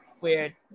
weird